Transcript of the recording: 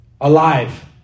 Alive